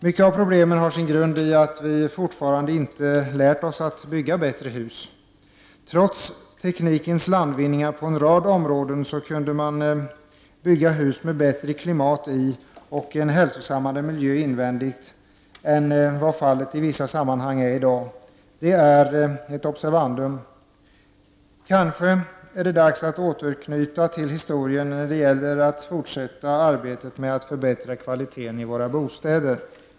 Många av problemen har sin grund i att vi fortfarande inte lärt oss att bygga bättre hus. Trots teknikens landvinningar på en rad områden så kunde man förr bygga hus med bättre klimat i och en hälsosammare miljö invändigt än vad fallet i vissa sammanhang är i dag. Det är ett observandum. Kanske är det dags att återknyta till historien när det gäller att fortsätta arbetet med att förbättra kvaliteten i våra bostäder.